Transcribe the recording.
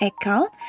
account